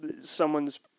someone's